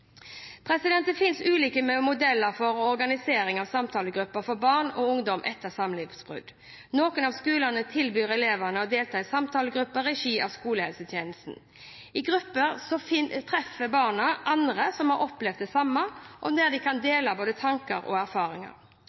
Det finnes ulike modeller for og organisering av samtalegrupper for barn og ungdom etter samlivsbrudd. Noen skoler tilbyr elevene å delta i samtalegrupper i regi av skolehelsetjenesten. I gruppene treffer barna andre som har opplevd det samme, og de kan dele både tanker og erfaringer.